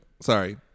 Sorry